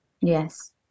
Yes